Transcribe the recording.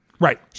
Right